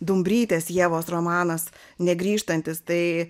dumbrytės ievos romanas negrįžtantis tai